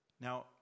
Now